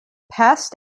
pest